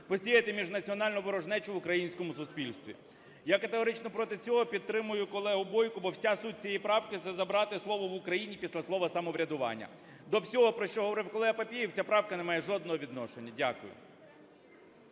посіяти міжнаціональну ворожнечу в українському суспільстві. Я категорично проти цього, підтримую колегу Бойко, бо вся суть цієї правки – це забрати слово "в Україні" після слова "самоврядування". До всього, про що говорив колега Папієв, ця правка не має жодного відношення. Дякую.